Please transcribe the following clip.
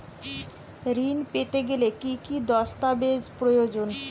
ঋণ পেতে গেলে কি কি দস্তাবেজ প্রয়োজন?